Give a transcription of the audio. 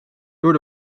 door